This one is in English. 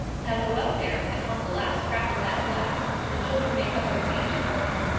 now go out there, and hunt the last scrap of that glass the children may cut their feet in the morning.